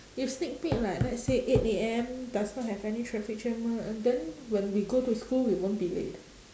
if sneak peek like let's say eight A_M does not have any traffic jam right then when we go to school we won't be late